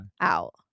out